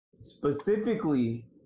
specifically